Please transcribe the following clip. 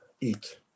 Eat